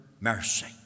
mercy